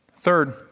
Third